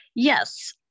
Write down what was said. Yes